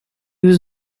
was